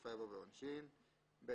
בסופה יבוא 'ועונשין'; (ב)